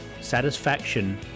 Satisfaction